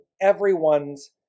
everyone's